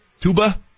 Tuba